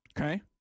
Okay